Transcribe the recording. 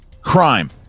Crime